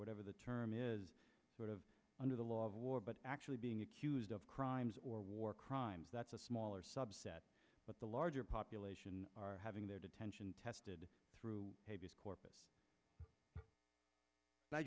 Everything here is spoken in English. whatever the term is sort of under the law of war but actually being accused of crimes or war crimes that's a smaller subset but the larger population are having their detention tested through corpus and i